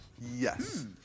Yes